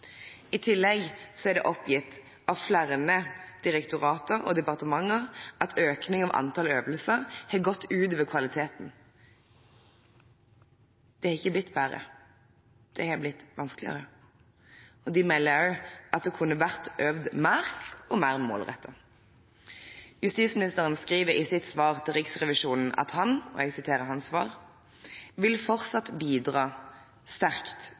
I tillegg er det oppgitt av flere direktorater og departementer at økning av antall øvelser har gått ut over kvaliteten. Det er ikke blitt bedre, det er blitt vanskeligere. De melder også at det kunne vært øvd mer og mer målrettet. Justisministeren skriver i sitt svar til Riksrevisjonen: «Jeg vil fortsatt bidra sterkt